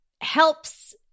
helps